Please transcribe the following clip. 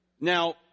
Now